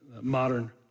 Modern